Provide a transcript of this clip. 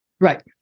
right